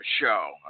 show